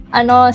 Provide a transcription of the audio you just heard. ano